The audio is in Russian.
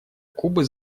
кубы